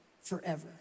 forever